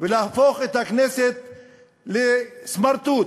ולהפוך את הכנסת לסמרטוט,